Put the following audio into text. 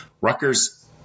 Rutgers